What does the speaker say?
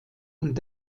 und